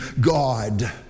God